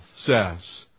says